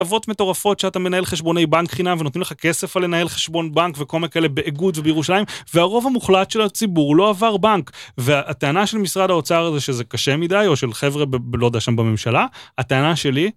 ... מטורפות שאתה מנהל חשבוני בנק חינם ונותנים לך כסף על לנהל חשבון בנק וכל מה כאלה באיגוד ובירושלים והרוב המוחלט של הציבור לא עבר בנק והטענה של משרד האוצר זה שזה קשה מדי או של חבר'ה בלא יודע שם בממשלה, הטענה שלי